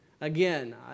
Again